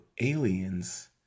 aliens